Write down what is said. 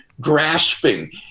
grasping